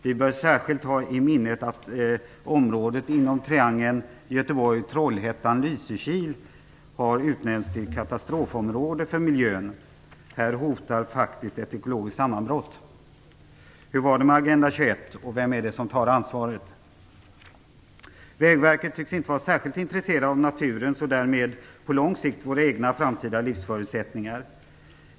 Vi bör särskilt ha i minnet att området inom triangeln Göteborg-Trollhättan Lysekil har utnämnts till katastrofområde för miljön. Här hotar faktiskt ett ekologiskt sammanbrott. Hur var det med agenda 21, och vem är det som tar ansvaret? Vid Vägverket tycks man inte vara särskilt intresserad av naturen med på lång sikt våra egna framtida livsförutsättningar.